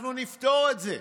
אנחנו נפתור את זה,